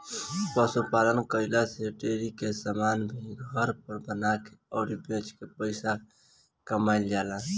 पशु पालन कईला से डेरी के समान भी घर पर बना के अउरी बेच के पईसा भी कमाईल जाला